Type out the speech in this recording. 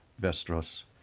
vestros